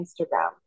Instagram